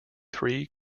three